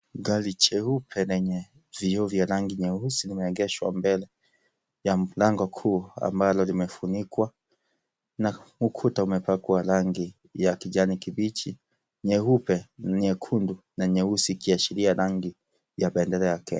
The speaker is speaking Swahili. Gari jeupe na yenye vioo vya rangi nyeusi limeegeshwa mbele ya lango kuu ambalo limefunikwa na ukuta umepakwa rangi ya kijani kibichi, nyeupe, nyekundu na nyeusi ikiashiria rangi ya bendera ya Kenya.